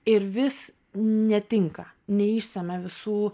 ir vis netinka neišsemia visų